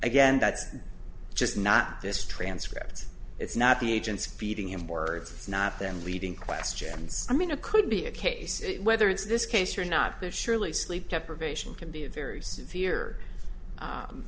again that's just not this transcript it's not the agent's beating him words it's not them leading questions i mean a could be a case whether it's this case or not there surely sleep deprivation can be a very severe